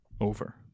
Over